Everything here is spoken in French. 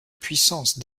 puissance